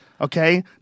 okay